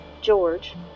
George